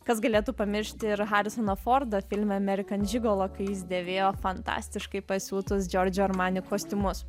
kas galėtų pamiršti ir harisono fordo filme amerikan žigolo kai jis dėvėjo fantastiškai pasiūtus džiordžio armani kostiumus